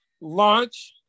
launch